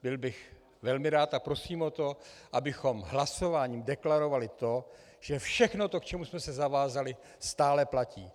Byl bych velmi rád a prosím o to, abychom hlasováním deklarovali to, že všechno to, k čemu jsme se zavázali, stále platí.